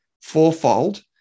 fourfold